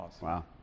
Wow